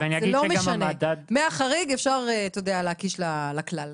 מהחריג אפשר להקיש לכלל,